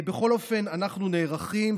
בכל אופן, אנחנו נערכים.